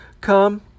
come